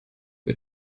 wir